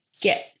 get